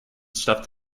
stuffed